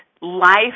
life